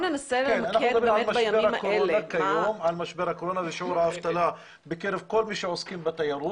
על משבר הקורונה ועל שיעור האבטלה בקרב כל מי שעוסקים בתיירות